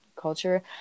culture